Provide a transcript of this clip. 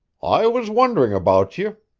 i was wondering about ye.